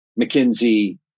McKinsey